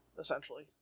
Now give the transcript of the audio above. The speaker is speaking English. essentially